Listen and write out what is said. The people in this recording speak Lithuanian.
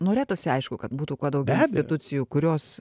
norėtųsi aišku kad būtų kuo daugiau institucijų kurios